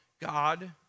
God